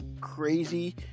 crazy